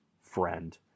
friend